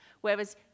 Whereas